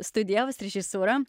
studijavus režisūrą